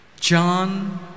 John